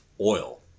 oil